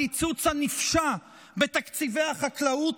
הקיצוץ הנפשע בתקציבי החקלאות,